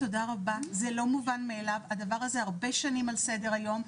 הרבה שנים על סדר היום,